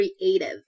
creative